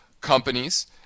companies